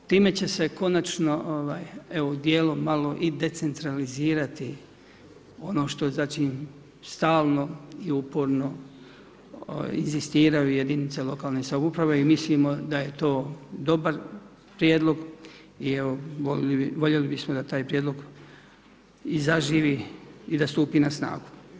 Time će se konačno u djelu malo i decentralizirati ono što znači stalno i uporno inzistiraju jedinice lokalne samouprave i mislimo da je to dobar prijedlog i evo voljeli bismo da taj prijedlog i zaživi i da stupi na snagu.